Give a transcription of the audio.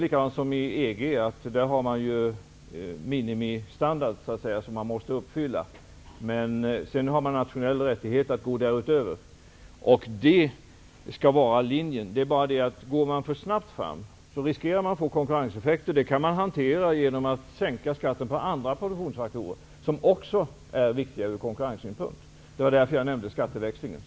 Inom EG har man minimistandarder som alla måste uppfylla, men sedan finns det en rättighet för varje nation att gå därutöver. Det skall vara vår linje. Går man för snabbt fram riskerar man att få konkurrenseffekter. Det kan hanteras genom att man sänker skatten på andra produktionsfaktorer som också är viktiga ur konkurrenssynpunkt. Det var därför jag nämnde skatteväxlingen.